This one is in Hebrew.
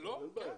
אין בעיה.